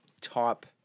top